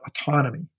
autonomy